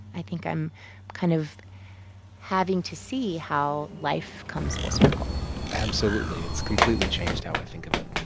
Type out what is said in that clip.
i think i'm kind of having to see how life comes full circle absolutely. it's completely changed how i think of it